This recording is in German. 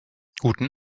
guten